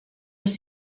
les